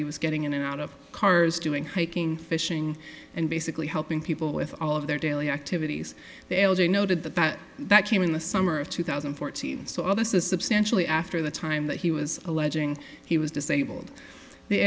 he was getting in and out of cars doing hiking fishing and basically helping people with all of their daily activities the elder noted that that that came in the summer of two thousand and fourteen so all this is substantially after the time that he was alleged he was disabled the